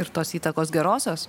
ir tos įtakos gerosios